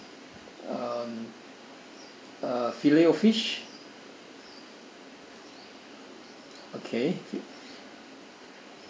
um uh filet O fish okay